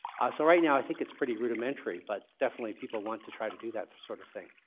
so right now, i think it's pretty rudimentary. but definitely, people want to try to do that sort of thing.